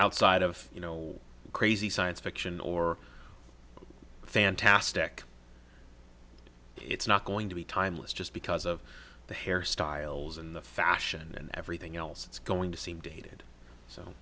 outside of you know crazy science fiction or fantastic it's not going to be timeless just because of the hairstyles and the fashion and everything else it's going to seem dated so